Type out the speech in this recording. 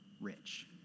rich